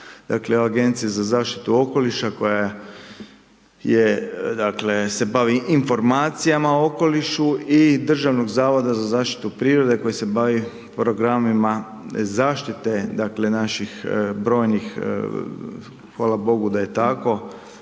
dakle Agencije za zaštitu okoliša koja se bavi informacijama o okolišu i Državnog zavoda za zaštitu prirode koja se bavi programima zaštite, dakle, naših brojnih, hvala bogu da je tako